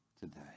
today